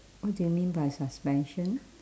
what do you mean by suspension